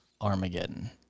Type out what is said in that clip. Armageddon